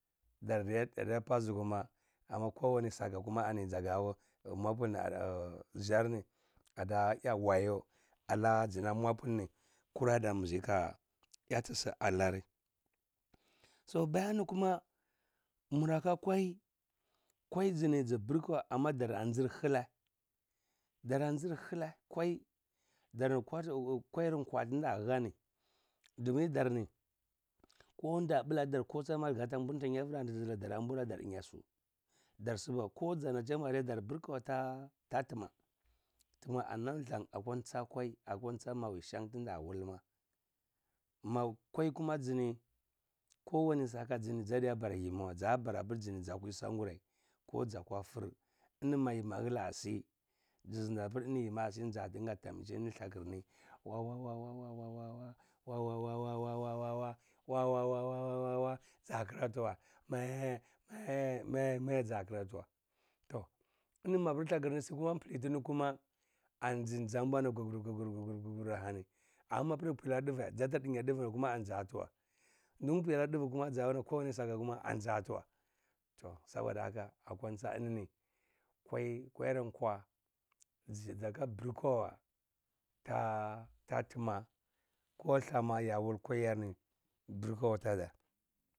Ɗar ɗa zya pwaz kuma amma kowani sake kuma ani zaɗa mwapulni ɗzarni aɗa zya wayo ala znam mwapulni kura ɗambzi ka zyatusu ahani so baya alani kuma mura ka kwai, kwai zni zu brkaw amma ɗara nzl thlae ɗaranzi khlae kwai ɗarni kwatu nkwairnkwa tnɗa lani ɗomin ɗarni ko nɗa blatɗar ko tsamar gata mburnta nyavr ani ɗara mburna ɗar dnyasu ɗar sba ko ɗzana jamare ɗar brkwa ata ta tma tma ani nam ɗthan akwan tsa kwai akwan tsa mawi shan tnɗawulma makwai kuma zni kowani saka vzni zaɗiya baara yimiwah za bara apr zni za kwi sangurai ko ɗzakwa fr ini ma yimi a khlasi z-zndi aprini yimini ɗasi ini ɗinga damshin thakrni waw a waw a waw a wa wa wa wa wawa za kra twa mazz. azz mazz mzz ga kratwa tou ini mapr thakarni si kuma mplitini kuma am zni za mbwani gugur gugur gugur alani amma apr prlalr ɗvae zata ɗinya ɗvr kuma ani za twa nɗpuinar ɗva kuma za apr kowane saka kuma ani za twa tou saboɗa haka akwa ntsa ini ni kwai kwarankwa z-ɗarka brkwawa ta a tat na ko thama ya wul kwaiyar ni nrkaw ataɗatr.